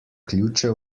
ključe